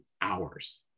hours